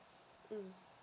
mm